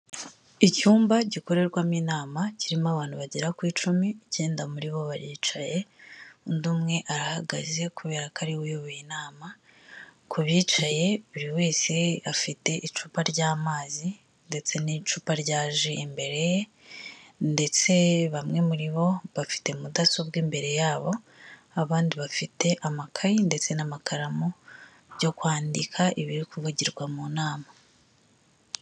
Icyumba gikorerwamo inama kirimo abantu bagera ku icumi icyenda muri bo baricaye undi umwe arahagaze kubera ko ariwe uyoboye inama ku bicaye buri wese afite icupa ry'amazi ndetse n'icupa ryaji imbere ndetse bamwe muri bo bafite mudasobwa imbere yabo abandi bafite amakayi ndetse n'amakaramu byo kwandika ibiri kuvugirwa mu nama.